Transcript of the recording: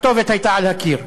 הכתובת הייתה על הקיר.